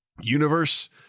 universe